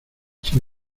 sin